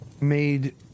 made